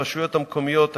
הרשויות המקומיות היום,